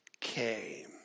came